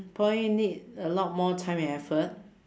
probably need a lot more time and effort